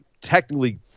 technically